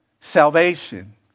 salvation